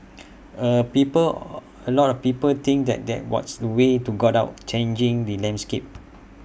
A people A lot of people think that that what's the way to got out changing the landscape